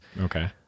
Okay